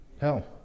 Hell